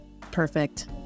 Perfect